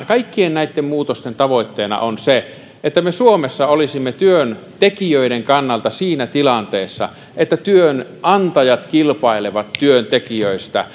kaikkien näitten muutosten tavoitteena on se että me suomessa olisimme työntekijöiden kannalta siinä tilanteessa että työnantajat kilpailevat työntekijöistä